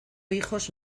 hijos